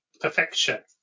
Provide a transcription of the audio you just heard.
Perfection